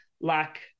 lack